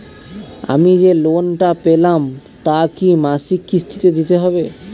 আমি যে লোন টা পেলাম তা কি মাসিক কিস্তি তে দিতে হবে?